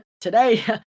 today